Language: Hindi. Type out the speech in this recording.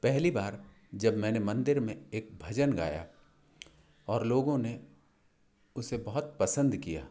पहली बार जब मैंने मंदिर में एक भजन गाया और लोगों ने उसे बहुत पसंद किया